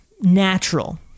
natural